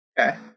Okay